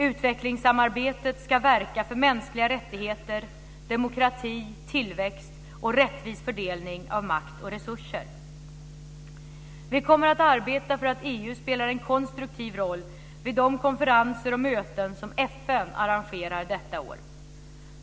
Utvecklingssamarbetet ska verka för mänskliga rättigheter, demokrati, tillväxt och rättvis fördelning av makt och resurser. Vi kommer också att arbeta för att EU spelar en konstruktiv roll vid de konferenser och möten som FN arrangerar detta år.